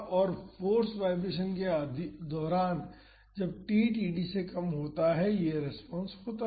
और force vibration के दौरान जब t td से कम होता है यह रेस्पॉन्स होता है